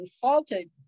faulted